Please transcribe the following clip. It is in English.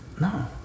no